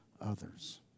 others